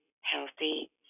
Healthy